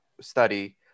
study